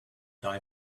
die